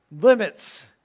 Limits